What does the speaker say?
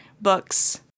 books